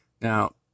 Now